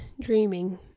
dreaming